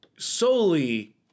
solely